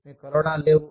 మీకు కలవడాలు లేవు